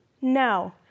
No